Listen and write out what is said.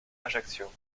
ajaccio